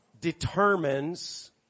determines